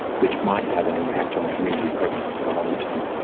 which might have an impact on community prevalence in the longer term.